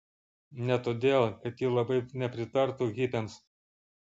ne todėl kad ji labai nepritartų hipiams